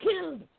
killed